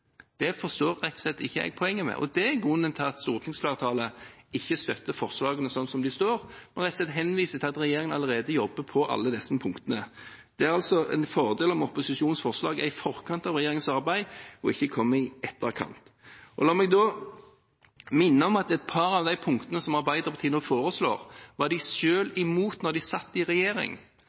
Det forstår jeg rett og slett ikke poenget med. Og det er grunnen til at stortingsflertallet ikke støtter forslagene slik som de står, og rett og slett henviser til at regjeringen allerede jobber på alle disse punktene. Det er en fordel om opposisjonens forslag er i forkant av regjeringens arbeid, og ikke kommer i etterkant. La meg minne om at et par av de punktene som Arbeiderpartiet nå foreslår, var de selv imot da de satt i regjering.